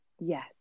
Yes